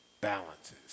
balances